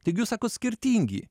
taigi jūs sakot skirtingi